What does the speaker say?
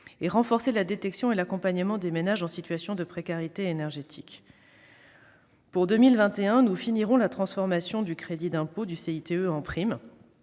en renforçant la détection et l'accompagnement des ménages en situation de précarité énergétique. Pour 2021, nous finirons la transformation du CITE en prime